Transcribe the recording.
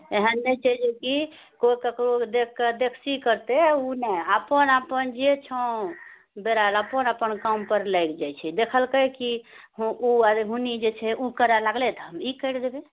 एहन नहि छै जे कि कोइ ककरो देखि कऽ देक्सी करतै ओ नहि अपन अपन जे छै बेरा आएल अपन अपन काम पर लागि जाइ छै देखलकै कि ओ ओनी जे छै ई करऽ लागलै तऽ हम ई करि देबै